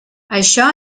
això